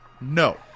No